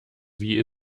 wie